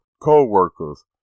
co-workers